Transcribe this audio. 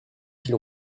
qu’il